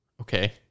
Okay